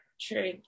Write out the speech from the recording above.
true